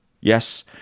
Yes